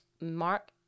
Mark